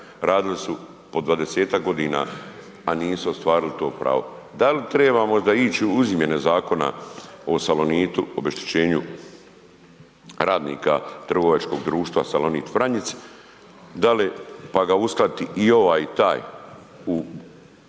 radili su po 20-ak godina a nisu ostvarili to pravo, da li trebamo možda ići u izmjene zakona o Salonitu, o obeštećenju radnika trgovačkog društva Salonit Vranjic pa da uskladiti i ovaj i taj u